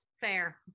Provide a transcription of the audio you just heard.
fair